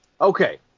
Okay